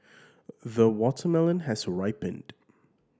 the watermelon has ripened